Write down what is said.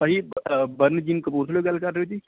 ਭਾਅ ਜੀ ਬਰਨ ਜਿੰਮ ਕਪੂਰਥਲੇ ਤੋਂ ਗੱਲ ਕਰ ਰਹੇ ਹੋ ਜੀ